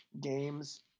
games